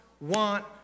want